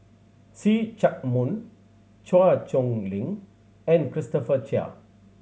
See Chak Mun Chua Chong Long and Christopher Chia